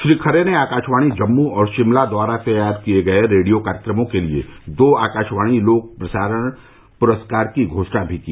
श्री खरे ने आकाशवाणी जम्मू और शिमला द्वारा तैयार किये गये रेडियो कार्यक्रमों के लिए दो आकाशवाणी लोक प्रसारण पुरस्कार की घोषणा भी की